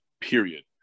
period